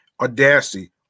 Audacity